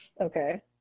Okay